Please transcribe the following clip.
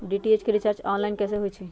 DTH के recharge online कैसे होईछई?